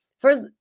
first